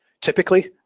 Typically